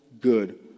good